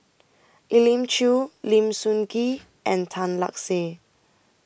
Elim Chew Lim Sun Gee and Tan Lark Sye